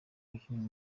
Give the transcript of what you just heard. wakinnye